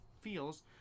feels